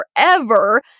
forever